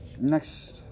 next